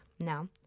Now